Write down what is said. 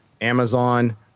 Amazon